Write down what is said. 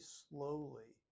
slowly